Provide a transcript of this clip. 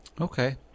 Okay